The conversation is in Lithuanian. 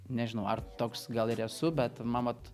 nežinau ar toks gal ir esu bet man vat